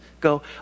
go